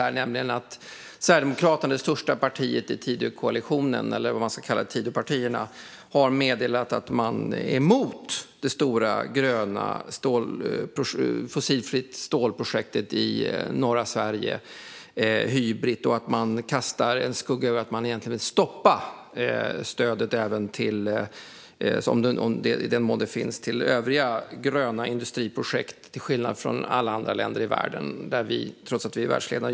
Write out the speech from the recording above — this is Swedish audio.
Det handlar om att Sverigedemokraterna, det största partiet i Tidökoalitionen eller bland Tidöpartierna, har meddelat att man är emot det stora gröna fossilfritt stål-projektet i norra Sverige, Hybrit. Man kastar en skugga över detta och vill egentligen stoppa stödet, i den mån det finns, även till övriga gröna industriprojekt, till skillnad från alla andra länder i världen, trots att vi är världsledande.